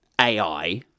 AI